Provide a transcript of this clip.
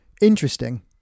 Interesting